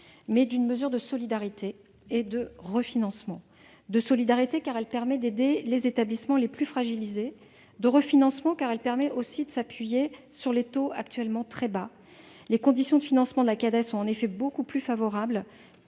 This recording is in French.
mais une mesure de solidarité et de refinancement. C'est une mesure de solidarité, car elle vise à aider les établissements les plus fragilisés. C'est une mesure de refinancement, car elle permet aussi de s'appuyer sur des taux actuellement très bas. Les conditions de financement de la Cades sont en effet beaucoup plus favorables